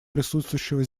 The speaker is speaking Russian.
присутствующего